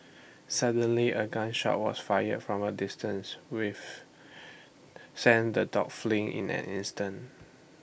suddenly A gun shot was fired from A distance with sent the dogs fleeing in an instant